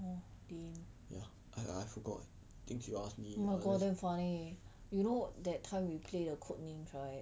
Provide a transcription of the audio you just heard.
orh lame oh my god damn funny you that time we play the code names right